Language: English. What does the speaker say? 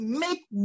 make